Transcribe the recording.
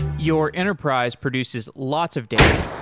your enterprise produces lots of data,